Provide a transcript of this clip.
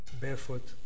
barefoot